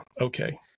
okay